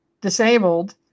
disabled